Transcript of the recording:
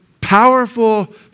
powerful